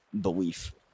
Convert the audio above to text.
belief